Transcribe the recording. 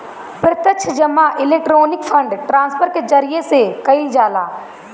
प्रत्यक्ष जमा electronic fund transfer के जरिया से कईल जाला